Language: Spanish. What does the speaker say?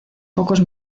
pocos